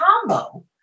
combo